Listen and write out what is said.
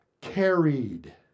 carried